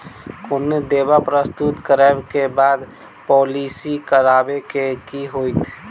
कोनो दावा प्रस्तुत करै केँ बाद पॉलिसी कवरेज केँ की होइत?